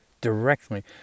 directly